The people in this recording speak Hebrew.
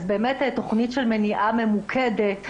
אז באמת תכנית של מניעה ממוקדת,